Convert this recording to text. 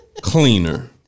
Cleaner